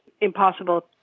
impossible